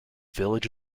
village